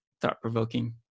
thought-provoking